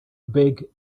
big